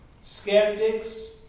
skeptics